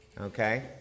okay